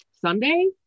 Sunday